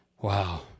wow